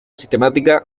sistemática